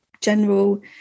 general